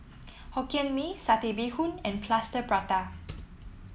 Hokkien Mee Satay Bee Hoon and Plaster Prata